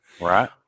Right